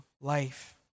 life